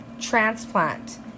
transplant